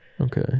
Okay